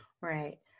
Right